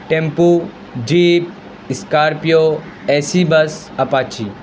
tempo jeep scorpio AC bus apache